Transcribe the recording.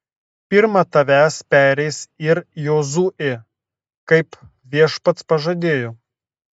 pirma tavęs pereis ir jozuė kaip viešpats pažadėjo